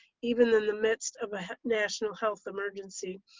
even in the midst of a national health emergency.